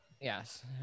Yes